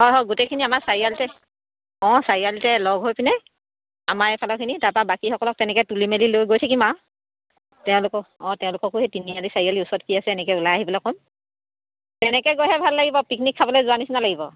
হয় হয় গোটেইখিনি আমাৰ চাৰিআলিতে অঁ চাৰিআলিতে লগ হৈ পিনে আমাৰ এইফালৰখিনি তাৰপৰা বাকীসকলক তেনেকৈ তুলি মেলি লৈ গৈ থাকিম আৰু তেওঁলোকক অঁ তেওঁলোককো সেই তিনিআলি চাৰিআলিৰ ওচৰত কি আছে এনেকৈ ওলাই আহিবলৈ ক'ম তেনেকৈ গৈহে ভাল লাগিব পিকনিক খাবলৈ যোৱা নিচিনা লাগিব